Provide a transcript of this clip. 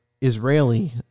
Israeli